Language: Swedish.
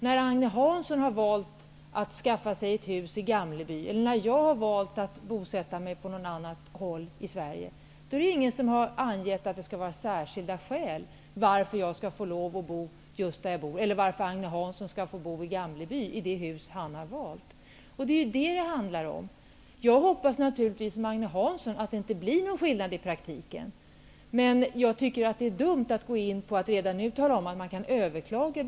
När Agne Hansson har valt att skaffa sig ett hus i Gamleby eller när jag har valt att bosätta mig på något annat håll i Sverige, är det ingen som har angett att det skall finnas särskilda skäl för att jag skall få lov att bo där jag bor eller särskilda skäl för att Agne Hansson skall få bo i Gamleby, i det hus som han har valt. Det är ju detta det handlar om. Jag hoppas naturligtvis som Agne Hansson att det inte blir någon skillnad i praktiken, men jag tycker att det är dumt att gå in på att tala om att besluten kan överklagas.